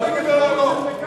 אל תגיד "לא, לא, לא".